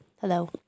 hello